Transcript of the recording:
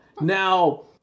now